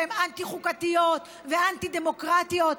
שהן אנטי-חוקתיות ואנטי-דמוקרטיות.